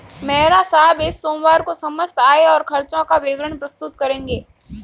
मेहरा साहब इस सोमवार को समस्त आय और खर्चों का विवरण प्रस्तुत करेंगे